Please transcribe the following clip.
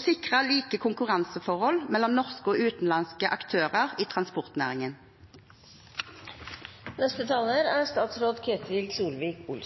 sikre like konkurranseforhold mellom norske og utenlandske aktører